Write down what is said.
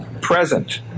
present